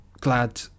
glad